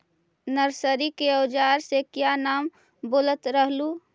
Nursery के ओजार के क्या नाम बोलत रहलू?